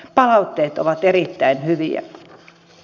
palautteet ovat erittäin hyviä